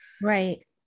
Right